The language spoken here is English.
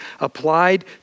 applied